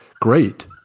great